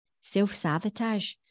Self-sabotage